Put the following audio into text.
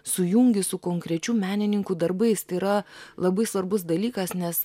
sujungi su konkrečių menininkų darbais tai yra labai svarbus dalykas nes